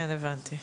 כן, הבנתי.